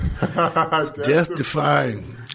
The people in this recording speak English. Death-defying